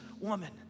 woman